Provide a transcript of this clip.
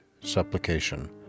supplication